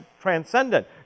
transcendent